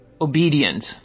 obedient